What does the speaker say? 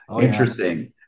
Interesting